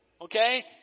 Okay